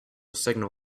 signal